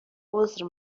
عذر